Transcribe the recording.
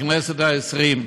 הכנסת העשרים,